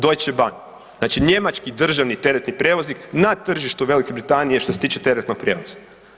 Deutsche bank, znači njemački državni teretni prijevoznik na tržištu Velike Britanije što se tiče teretnog prijevoza.